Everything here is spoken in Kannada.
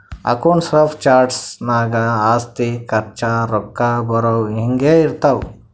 ಅಕೌಂಟ್ಸ್ ಆಫ್ ಚಾರ್ಟ್ಸ್ ನಾಗ್ ಆಸ್ತಿ, ಖರ್ಚ, ರೊಕ್ಕಾ ಬರವು, ಹಿಂಗೆ ಇರ್ತಾವ್